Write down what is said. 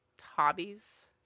hobbies